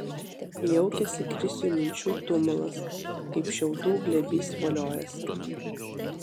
jaukiasi krisiui minčių tumulas kaip šiaudų glėbys voliojasi